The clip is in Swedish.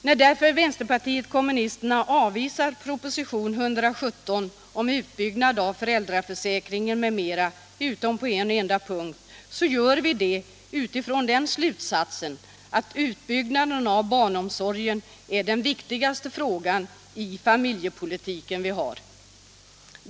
När vänsterpartiet kommunisterna avvisar propositionen 117 om utbyggnad av föräldraförsäkringen m.m. utom på en enda punkt så gör vi det därför utifrån den slutsatsen, att utbyggnaden av barnomsorgen är den viktigaste fråga vi har i familjepolitiken.